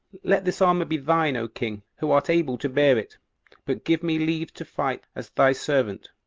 let this armor be thine, o king, who art able to bear it but give me leave to fight as thy servant,